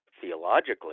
theologically